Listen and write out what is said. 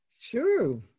sure